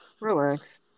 Relax